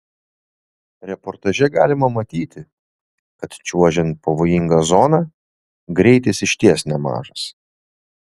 reportaže galima matyti kad čiuožiant pavojinga zona greitis iš ties nemažas